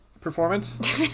Performance